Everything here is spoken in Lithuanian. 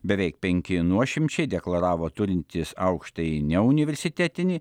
beveik penki nuošimčiai deklaravo turintis aukštąjį neuniversitetinį